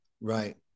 Right